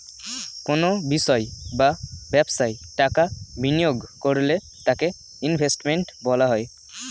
কোনো বিষয় বা ব্যবসায় টাকা বিনিয়োগ করলে তাকে ইনভেস্টমেন্ট বলা হয়